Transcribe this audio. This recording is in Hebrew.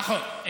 נכון.